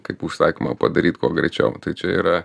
kaip užsakymą padaryt kuo greičiau tai čia yra